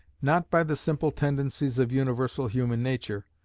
not by the simple tendencies of universal human nature,